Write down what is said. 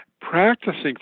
Practicing